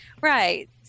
Right